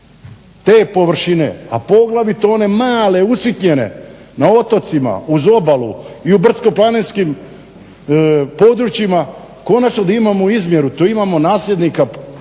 te površine, a poglavito one male usitnjene na otocima uz obalu i u brdsko-planinskim područjima konačno da imamo izmjeru. Tu imamo nasljednika po